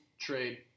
trade